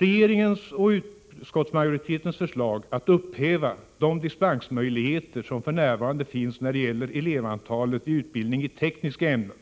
Regeringens och utskottsmajoritetens förslag att upphäva de dispensmöjligheter som f.n. finns när det gäller elevantalet vid utbildning i tekniska ämnen